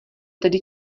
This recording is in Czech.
tedy